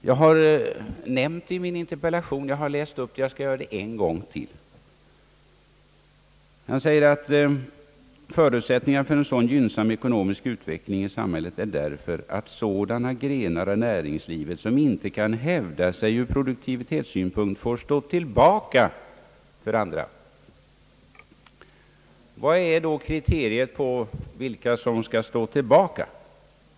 Det är nämnt i min interpellation; jag har läst upp det och skall göra det en gång till: »Förutsättningen för en sådan gynnsam ekonomisk utveckling i samhället är därför att sådana grenar av näringslivet som inte kan hävda sig ur produktivitetssynpunkt får stå tillbaka för andra.» Vad är då kriteriet på vilka som skall stå tillbaka?